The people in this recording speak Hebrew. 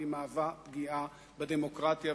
והיא מהווה פגיעה בדמוקרטיה.